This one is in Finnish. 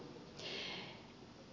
puhemies